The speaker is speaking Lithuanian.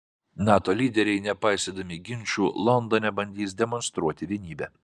nato lyderiai nepaisydami ginčų londone bandys demonstruoti vienybę